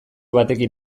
batekin